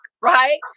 right